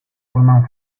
forman